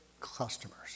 customers